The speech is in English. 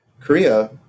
Korea